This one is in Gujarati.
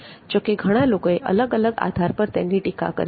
જો કે ઘણા લોકોએ અલગ અલગ આધાર પર તેની ટીકા કરી છે